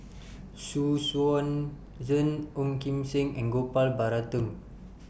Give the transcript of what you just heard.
Xu Yuan Zhen Ong Kim Seng and Gopal Baratham